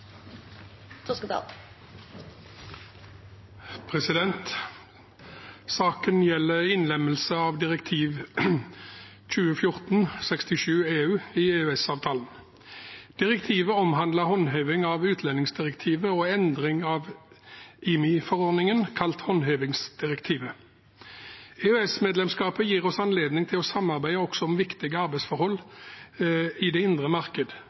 4. Saken gjelder innlemmelse av direktiv 2014/67/EU i EØS-avtalen. Direktivet omhandler håndheving av utsendingsdirektivet og endring av IMI-forordningen, kalt håndhevingsdirektivet. EØS-medlemskapet gir oss anledning til å samarbeide også om viktige arbeidsforhold i det indre marked.